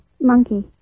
monkey